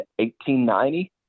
1890